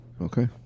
Okay